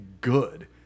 good